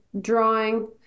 drawing